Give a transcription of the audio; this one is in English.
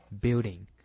building